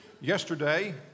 Yesterday